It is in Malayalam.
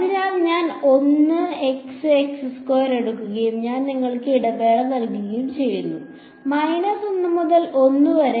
അതിനാൽ ഞാൻ എടുക്കുകയും ഞാൻ നിങ്ങൾക്ക് ഇടവേള നൽകുകയും ചെയ്യുന്നു 1 മുതൽ 1 വരെ